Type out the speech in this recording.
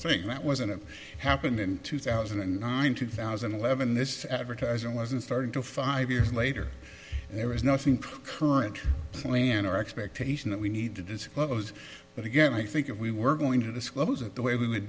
thing that wasn't it happened in two thousand and nine two thousand and eleven this advertising wasn't starting to five years later there was nothing to it plan or expectation that we need to disclose but again i think if we were going to disclose it the way we would